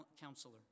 counselor